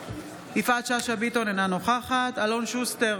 יפעת שאשא ביטון, אינה נוכחת אלון שוסטר,